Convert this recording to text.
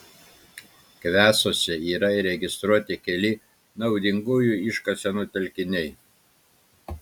kvesuose yra įregistruoti keli naudingųjų iškasenų telkiniai